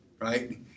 right